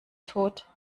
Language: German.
tod